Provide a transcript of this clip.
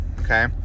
Okay